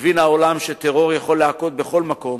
הבין העולם שטרור יכול להכות בכל מקום